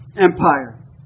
empire